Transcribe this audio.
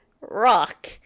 rock